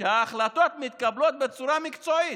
שההחלטות מתקבלות בצורה מקצועית.